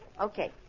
Okay